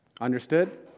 Understood